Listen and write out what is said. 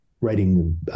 Writing